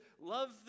love